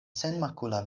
senmakula